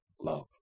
love